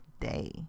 day